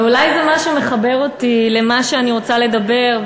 ואולי זה מה שמחבר אותי למה שאני רוצה לדבר,